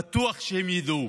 בטוח שהם ידעו: